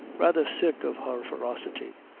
rather sick of her ferocity.